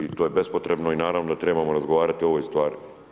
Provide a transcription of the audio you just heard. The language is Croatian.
I to je bespotrebno i naravno da trebamo razgovarati o ovom stvari.